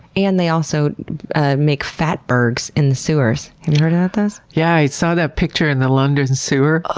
and they also make fatbergs in the sewers. have you heard about this? yeah, i saw that picture in the london sewer. ah